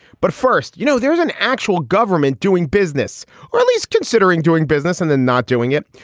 but first, you know, there's an actual government doing business or at least considering doing business and then not doing it.